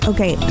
Okay